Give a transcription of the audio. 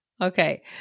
Okay